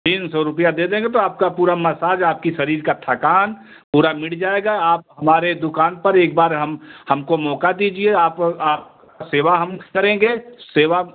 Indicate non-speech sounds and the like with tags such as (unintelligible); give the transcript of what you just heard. तीन सौ रूपया दे देंगे तो आपका पूरा मसाज आपकी शरीर का थकान पूरा मिट जाएगा आप हमारे दुकान पर एक बार हम हमको मौका दीजिए आप आप (unintelligible) सेवा हम करेंगे सेवा